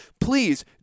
Please